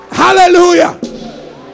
Hallelujah